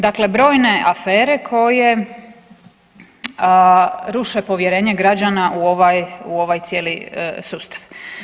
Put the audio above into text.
Dakle, brojne afere koje ruše povjerenje građana u ovaj cijeli sustav.